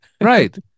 Right